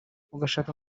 ugashaka